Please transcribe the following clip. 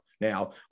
now